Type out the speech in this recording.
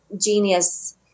genius